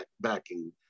backing